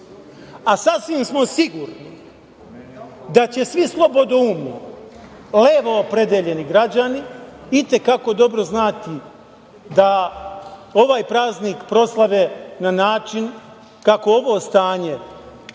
a sasvim smo sigurni da će svi slobodoumni levo opredeljeni građani i te kako dobro znati da ovaj praznik proslave na način kako ovo stanje